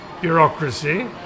bureaucracy